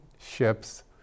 ships